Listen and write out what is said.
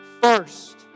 first